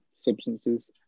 substances